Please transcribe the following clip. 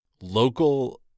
local